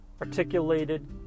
articulated